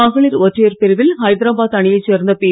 மகளிர் ஒற்றையர் பிரிவில் ஐதராபாத் அணியைச் சேர்ந்த பி